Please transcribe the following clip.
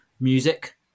music